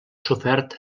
sofert